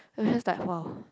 it was just like !wah!